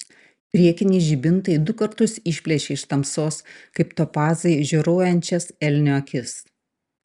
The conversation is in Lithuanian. priekiniai žibintai du kartus išplėšė iš tamsos kaip topazai žioruojančias elnio akis